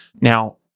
Now